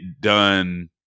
done